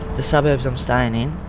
the suburbs i'm staying in,